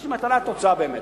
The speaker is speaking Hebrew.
יש לי מטרה, התוצאה, באמת.